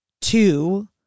two